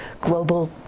global